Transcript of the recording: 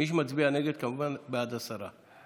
מי שמצביע נגד, זה כמובן בעד הסרה.